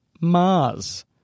Mars